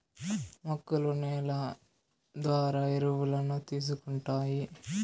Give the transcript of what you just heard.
మొక్కలు నేల ద్వారా ఎరువులను తీసుకుంటాయి